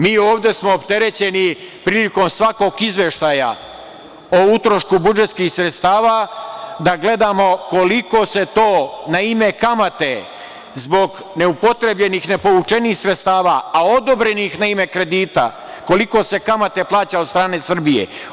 Mi ovde smo opterećeni prilikom svakog izveštaja o utrošku budžetskih sredstava da gledamo koliko se to na ime kamate, zbog neupotrebljenih nepovučenih sredstava a odobrenih na ime kredita, kolika se kamata plaća od strane Srbije.